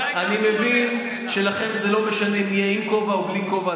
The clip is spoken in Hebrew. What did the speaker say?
אני מבין שזה לא משנה אם נהיה עם כובע או בלי כובע,